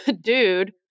dude